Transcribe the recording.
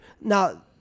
Now